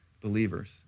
believers